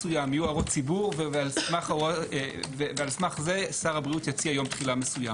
יהיו הערות ציבור ועל סמך זה שר הבריאות יציע יום תחילה מסוים.